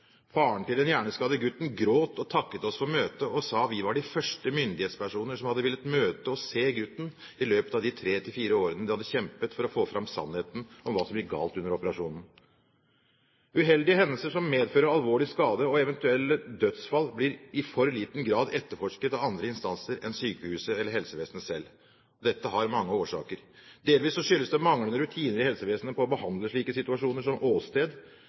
Faren til den hjerneskadde gutten gråt og takket oss for møtet og sa at vi var de første myndighetspersoner som hadde villet møte og se gutten i løpet av de tre–fire årene de hadde kjempet for å få fram sannheten om hva som gikk galt under operasjonen. Uheldige hendelser som medfører alvorlig skade og eventuelt dødsfall, blir i for liten grad etterforsket av andre instanser enn sykehuset eller helsevesenet selv. Dette har mange årsaker. Delvis skyldes det manglende rutiner i helsevesenet på å behandle slike situasjoner som åsted.